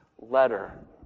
letter